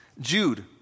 Jude